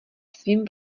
svým